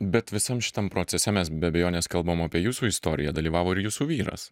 bet visam šitam procese mes be abejonės kalbam apie jūsų istoriją dalyvavo ir jūsų vyras